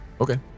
Okay